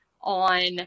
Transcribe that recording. on